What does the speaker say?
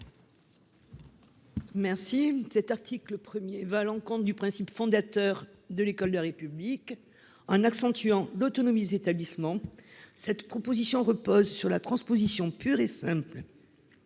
rectifié. L'article 1 va à l'encontre du principe fondateur de l'école de la République, en accentuant l'autonomie des établissements. Cette proposition repose sur la transposition pure et simple